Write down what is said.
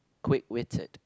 quick waited